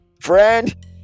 friend